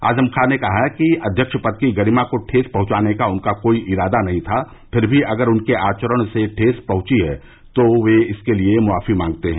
आजम खान ने कहा कि अध्यक्ष पद की गरिमा को ठेस पहुंचाने का उनका कोई इरादा नहीं था फिर भी अगर उनके आचरण से ठेस पहुंची है तो वे इसके लिए माफी मांगते हैं